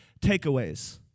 Takeaways